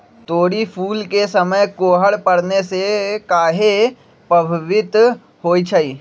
तोरी फुल के समय कोहर पड़ने से काहे पभवित होई छई?